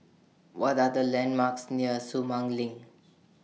What Are The landmarks near Sumang LINK